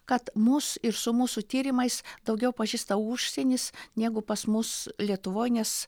kad mus ir su mūsų tyrimais daugiau pažįsta užsienis negu pas mus lietuvoj nes